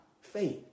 faith